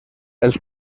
els